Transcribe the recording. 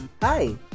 Hi